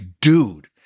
dude